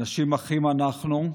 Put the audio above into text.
אנשים אחים אנחנו.